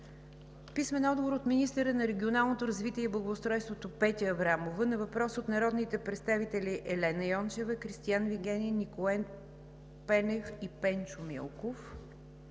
Зарков; - министъра на регионалното развитие и благоустройството Петя Аврамова на въпрос от народните представители Елена Йончева, Кристиан Вигенин, Николай Пенев и Пенчо Милков;